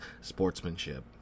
sportsmanship